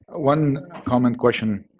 one common question.